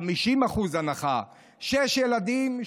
50% הנחה, שישה ילדים,